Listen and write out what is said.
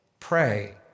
Pray